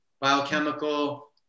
biochemical